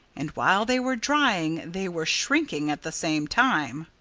and while they were drying they were shrinking at the same time.